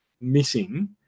missing